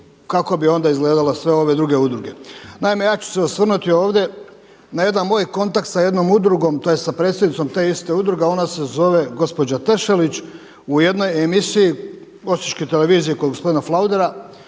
kako bi onda izgledale sve ove udruge. Naime, ja ću se osvrnuti ovdje na jedan moj kontakt sa jednom udrugom tj. sa predsjednicom te iste udruge, a ona se zove gospođa Tešelić u jednoj emisiji Osječke televizije kod gospodina Flaudera